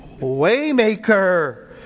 Waymaker